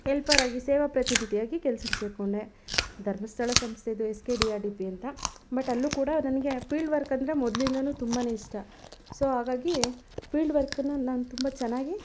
ಎಲ್ಪರಾಗಿ ಸೇವಾ ಪ್ರತಿನಿಧಿಯಾಗಿ ಕೆಲ್ಸಕ್ಕೆ ಸೇರಿಕೊಂಡೆ ಧರ್ಮಸ್ಥಳ ಸಂಸ್ಥೆದು S K D R D P ಅಂತ ಬಟ್ ಅಲ್ಲೂ ಕೂಡ ನನಗೆ ಫೀಲ್ಡ್ ವರ್ಕ್ ಅಂದರೆ ಮೊದ್ಲಿಂದಲೂ ತುಂಬನೇ ಇಷ್ಟ ಸೊ ಹಾಗಾಗಿ ಫೀಲ್ಡ್ ವರ್ಕ್ನ ನಾನು ತುಂಬ ಚೆನ್ನಾಗಿ